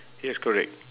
yes correct